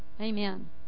amen